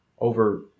over